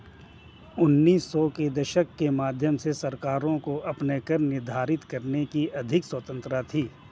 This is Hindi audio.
उन्नीस सौ के दशक के मध्य से सरकारों को अपने कर निर्धारित करने की अधिक स्वतंत्रता थी